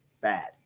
bad